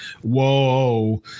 Whoa